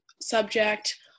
subject